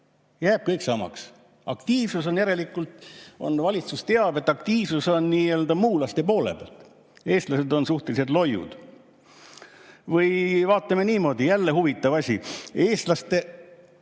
jääb kõik samaks. Järelikult valitsus teab, et aktiivsus on nii-öelda muulaste poole pealt. Eestlased on suhteliselt loiud. Või vaatame niimoodi, jälle huvitav asi, eestlaste